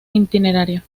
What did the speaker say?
itinerario